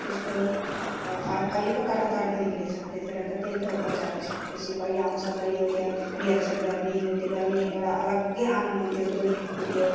त्यस्तो अहिले पो तरह तरहको निक्लिएको छ त्यतिखेर त त्यही त हो बच्चाहरूको सब खुसी कहिले आउँछ कहिले उ त्यो रिहर्सल गर्ने ऊ त्यो गर्ने एउटा अलग्गै आनन्द हुन्थ्यो ग्रुप ऊ त्यो